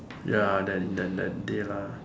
ya then then that day lah